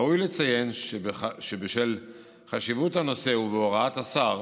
ראוי לציין שבשל חשיבות הנושא ובהוראת השר